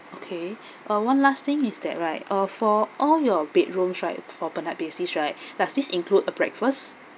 okay uh one last thing is that right uh for all your bedrooms right for per night basis right does it include a breakfast